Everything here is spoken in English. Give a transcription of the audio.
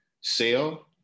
sale